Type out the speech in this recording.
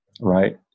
right